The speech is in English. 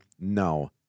no